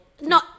no